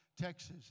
Texas